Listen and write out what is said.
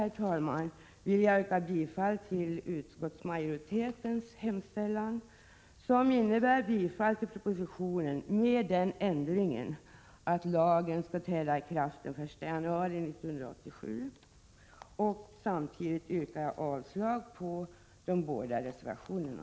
Med detta vill jag yrka bifall till utskottsmajoritetens hemställan, som innebär bifall till propositionen med den ändringen att lagen skall träda i kraft den 1 januari 1987, och samtidigt yrkar jag avslag på de båda reservationerna.